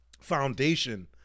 foundation